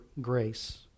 grace